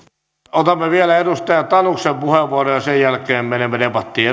otamme vielä edustaja tanuksen puheenvuoron ja sen jälkeen menemme debattiin